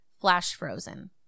flash-frozen